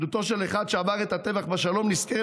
עדותו של אחד שעבר את הטבח בשלום נזכרת